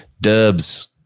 Dubs